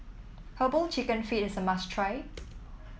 herbal chicken feet is a must try